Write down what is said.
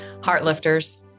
Heartlifters